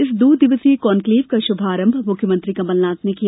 इस दो दिवसीय कॉन्क्लेव का शुभारम्भ मुख्यमंत्री कमलनाथ ने किया